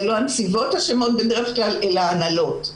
לא הנציבות אשמות, בדרך כלל, אלא ההנהלות.